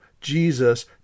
Jesus